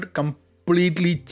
completely